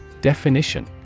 Definition